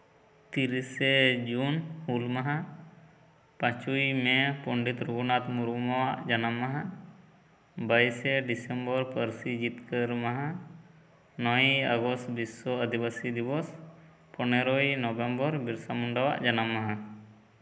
ᱛᱤᱨᱤᱥᱮ ᱡᱩᱱ ᱦᱩᱞ ᱢᱟᱦᱟ ᱯᱟᱸᱪᱚᱭ ᱢᱮ ᱯᱚᱱᱰᱤᱛ ᱨᱚᱷᱩᱱᱟᱛᱷ ᱢᱩᱨᱢᱩᱣᱟᱜ ᱡᱟᱱᱟᱢ ᱢᱟᱦᱟ ᱵᱟᱭᱤᱥᱮ ᱰᱤᱥᱮᱢᱵᱚᱨ ᱯᱟᱹᱨᱥᱤ ᱡᱤᱛᱠᱟᱹᱨ ᱢᱟᱦᱟ ᱱᱚᱭᱮᱭ ᱟᱜᱚᱥᱴ ᱵᱤᱥᱥᱚ ᱟᱹᱫᱤᱵᱟᱹᱥᱤ ᱫᱤᱵᱚᱥ ᱯᱚᱱᱮᱨᱳᱭ ᱱᱚᱵᱷᱮᱢᱵᱚᱨ ᱵᱤᱨᱥᱟ ᱢᱩᱱᱰᱟᱣᱟᱜ ᱡᱟᱱᱟᱢ ᱢᱟᱦᱟ